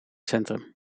centrum